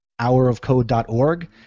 hourofcode.org